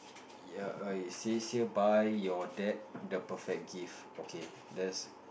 ya err it says here buy your dad the perfect gift okay there's